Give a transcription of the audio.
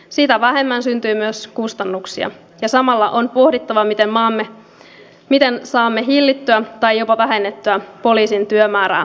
sitä vähemmän syntyy myös kustannuksia ja samalla on pohdittava miten saamme hillittyä tai jopa vähennettyä poliisin työmäärän kasvua